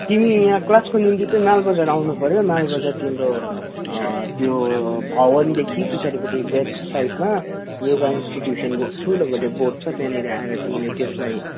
तिमी यहाँ क्लासको निम्ति चाहिँ मालबजार आउनुपऱ्यो मालबजार तिम्रो त्यो भवनदेखि पिछाडिपट्टि ब्याक साइडमा योगा इन्स्टिट्युसनको ठुलोबडे बोर्ड छ त्यहाँनिर आएर तिमीले त्यसलाई